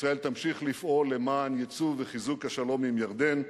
ישראל תמשיך לפעול למען ייצוב וחיזוק השלום עם ירדן,